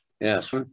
Yes